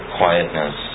quietness